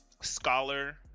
scholar